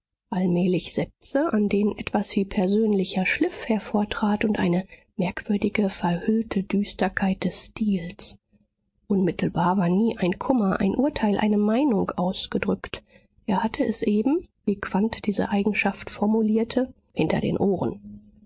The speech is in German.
allmählich sätze an denen etwas wie persönlicher schliff hervortrat und eine merkwürdige verhüllte düsterkeit des stils unmittelbar war nie ein kummer ein urteil eine meinung ausgedrückt er hatte es eben wie quandt diese eigenschaft formulierte hinter den ohren